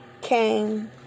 came